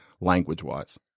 language-wise